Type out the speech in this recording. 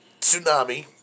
Tsunami